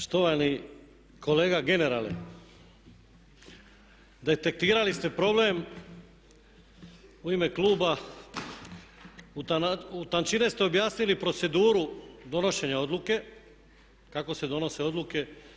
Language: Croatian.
Štovani kolega generale detektirali ste problem u ime kluba u tančine ste objasnili proceduru donošenja odluke kako se donose odluke.